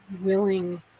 willing